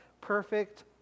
Perfect